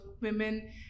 women